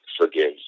forgive